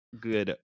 good